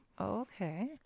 Okay